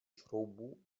šroubů